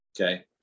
okay